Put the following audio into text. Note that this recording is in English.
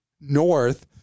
north